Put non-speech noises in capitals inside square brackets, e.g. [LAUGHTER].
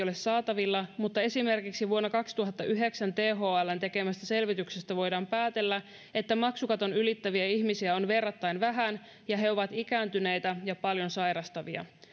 [UNINTELLIGIBLE] ole saatavilla mutta esimerkiksi vuonna kaksituhattayhdeksän thln tekemästä selvityksestä voidaan päätellä että maksukaton ylittäviä ihmisiä on verrattain vähän ja he ovat ikääntyneitä ja paljon sairastavia